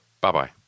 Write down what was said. Bye-bye